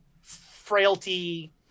frailty